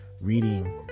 Reading